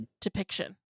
depiction